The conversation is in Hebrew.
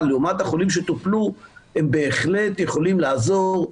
לעומת החולים שטופלו בהחלט יכולים לעזור,